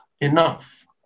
enough